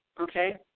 okay